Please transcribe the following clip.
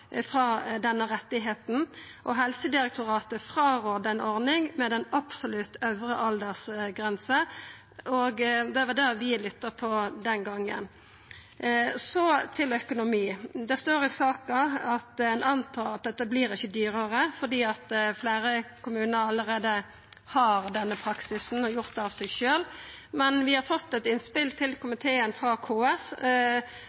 frå den retten. Helsedirektoratet rådde frå ei ordning med ei absolutt øvre aldersgrense, og det var det vi lytta på den gongen. Så til økonomi: Det står i saka at ein antar at dette ikkje vert dyrare, fordi fleire kommunar allereie har følgt denne praksisen, og har gjort det av seg sjølv. Men vi har fått eit innspel til